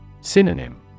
Synonym